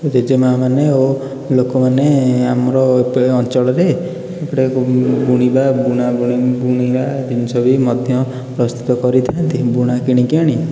ଜେଜେମାମାନେ ଓ ଲୋକମାନେ ଆମର ଅଞ୍ଚଳରେ ବୁଣିବା ବୁଣାବୁଣି ବୁଣିବା ଜିନିଷ ବି ମଧ୍ୟ ପ୍ରସ୍ତୁତ କରିଥାନ୍ତି ବୁଣା କିଣିକି ଆଣି